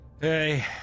hey